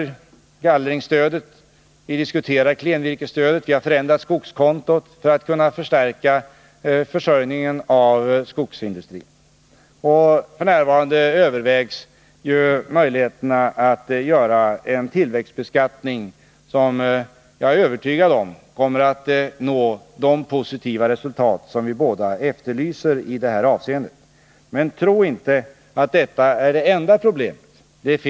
Vi har gallringsstödet, vi diskuterar klenvirkesstödet, och vihar Nr 54 förändrat skogskontot för att kunna förstärka försörjningen av skogsindustrin. F. n. övervägs också möjligheterna att införa en tillväxtbeskattning, som jag är övertygad om kommer att ge de positiva resultat som både Olof Palme och jag efterlyser i det här avseendet. Men tro inte att detta är det enda problemet inom den här sektorn av vårt näringsliv!